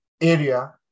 area